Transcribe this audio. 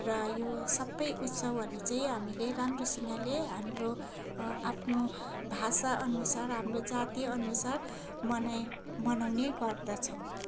र यो सबै उत्सवहरू चाहिँ हामीले राम्रोसँगले हाम्रो आफ्नो भाषाअनुसार हाम्रो जातिअनुसार मनाइ मनाउने गर्दछन्